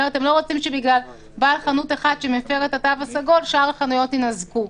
הם לא רוצים שבגלל בעל חנות אחת שמפרה את התו הסגול שאר החנויות יינזקו.